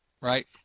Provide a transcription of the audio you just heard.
right